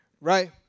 right